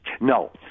No